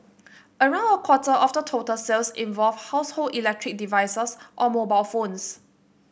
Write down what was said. around a quarter of the total sales involved household electric devices or mobile phones